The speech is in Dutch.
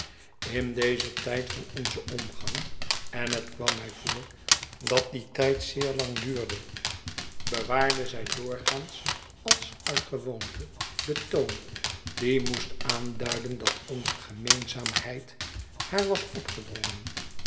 in dezen tijd van onzen omgang en het kwam mij voor dat die tijd zeer lang duurde bewaarde zij doorgaans als uit gewoonte den toon die moest aanduiden dat onze gemeenzaamheid haar was opgedrongen